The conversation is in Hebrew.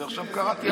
עכשיו קראתי על מטי,